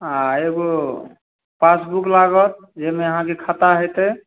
आओर एगो पासबुक लागत जाहिमे अहाँके खाता हेतै